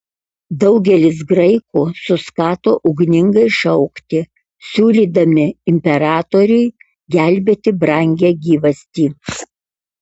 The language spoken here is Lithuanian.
daugelis graikų suskato ugningai šaukti siūlydami imperatoriui gelbėti brangią gyvastį